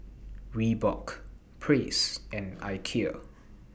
Reebok Praise and Ikea